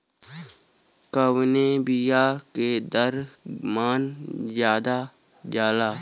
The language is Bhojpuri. कवने बिया के दर मन ज्यादा जाला?